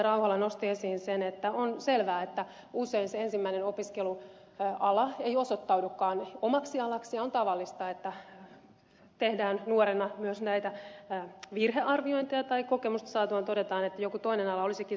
rauhala nosti esiin sen että on selvää että usein se ensimmäinen opiskeluala ei osoittaudukaan omaksi alaksi ja on tavallista että tehdään nuorena myös näitä virhearviointeja tai kokemusta saatua todetaan että joku toinen ala olisikin sopivampi